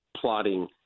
plotting